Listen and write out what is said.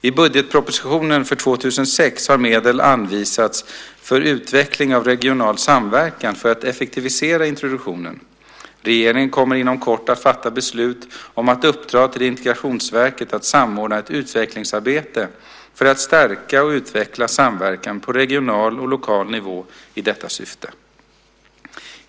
I budgetpropositionen för 2006 har medel anvisats för utveckling av regional samverkan för att effektivisera introduktionen. Regeringen kommer inom kort att fatta beslut om att uppdra till Integrationsverket att samordna ett utvecklingsarbete för att stärka och utveckla samverkan på regional och lokal nivå i detta syfte.